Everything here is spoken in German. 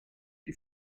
die